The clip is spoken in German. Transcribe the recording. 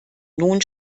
nun